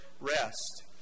rest